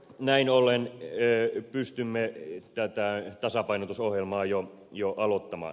näin ollen pystymme tätä tasapainotusohjelmaa jo aloittamaan